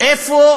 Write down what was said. איפה